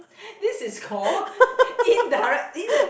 this is called indirect in the